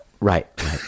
Right